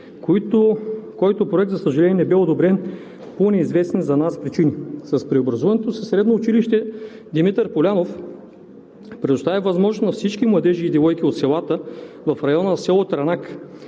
който проект, за съжаление, не бе одобрен по неизвестни за нас причини. С преобразуването си Средно училище „Димитър Полянов“ предостави възможност на всички младежи и девойки от селата в района на село Трънак,